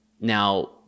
Now